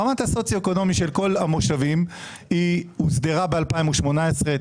רמת הסוציו-אקונומי של כל המושבים הוסדרה ב-2018,